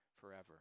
forever